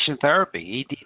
therapy